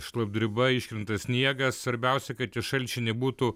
šlapdriba iškrenta sniegas svarbiausia kad tie šalčiai nebūtų